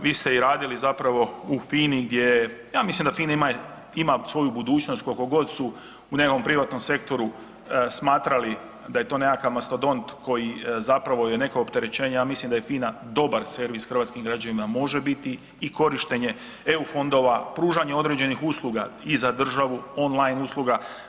Vi ste i radili zapravo u FINA-i gdje je, ja mislim da FINA ima, ima svoju budućnost kolko god su u nekakvom privatnom sektoru smatrali da je to nekakav mastodont koji zapravo je neko opterećenje, ja mislim da je FINA dobar servis hrvatskim građanima, može biti i korištenje EU fondova, pružanje određenih usluga i za državu on line usluga.